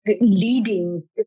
leading